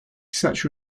such